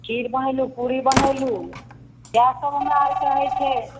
खीर बनेलहुँ पूरी बनेलहुँ इएहसभ हमरा आओरकेँ होइत छै